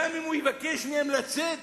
גם אם הוא יבקש מהם לצאת,